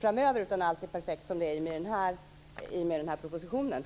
framöver, eftersom allt är perfekt som det är i och med denna proposition.